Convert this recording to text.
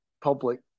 public